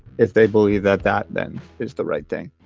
if they believe that that then is the right thing.